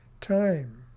time